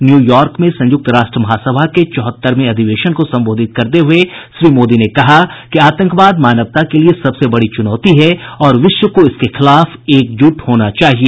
New York में संयुक्त राष्ट्र महासभा के चौहत्तरवें अधिवेशन को सम्बोधित करते हुए उन्होंने कहा कि आतंकवाद मानवता के लिए सबसे बड़ी चुनौती है और विश्व को इसके खिलाफ एकजुट होना चाहिए